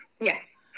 yes